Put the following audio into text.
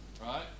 right